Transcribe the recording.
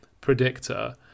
predictor